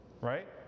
Right